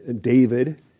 David